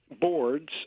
boards